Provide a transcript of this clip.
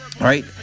Right